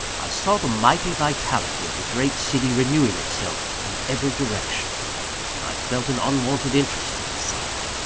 i saw the mighty vitality of the great city renewing itself in every direction and i felt an unwonted interest in the sight.